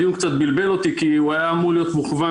הדיון קצת בלבל אותי כי הוא היה אמור להיות מוכוון